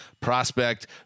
prospect